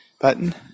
button